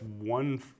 one